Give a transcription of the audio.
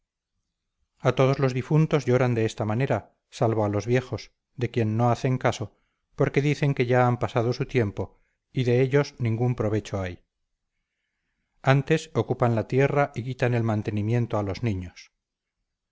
a todos los difuntos lloran de esta manera salvo a los viejos de quien no hacen caso porque dicen que ya han pasado su tiempo y de ellos ningún provecho hay antes ocupan la tierra y quitan el mantenimiento a los niños